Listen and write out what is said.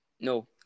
No